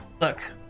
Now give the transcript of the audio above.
look